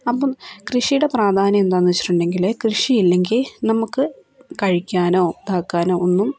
അപ്പം കൃഷിയുടെ പ്രാധാന്യം എന്താണെന്ന് വച്ചിട്ടുണ്ടെങ്കിൽ കൃഷിയില്ലെങ്കിൽ നമുക്ക് കഴിക്കാനോ ഇതാക്കാനോ ഒന്നും